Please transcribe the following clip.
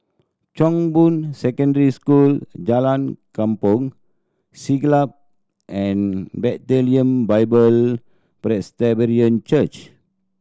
Chong Boon Secondary School Jalan Kampong Siglap and Bethlehem Bible Presbyterian Church